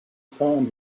palm